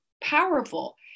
powerful